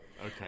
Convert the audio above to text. okay